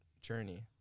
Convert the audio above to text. journey